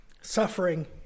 Suffering